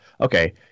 Okay